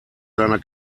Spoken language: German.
seiner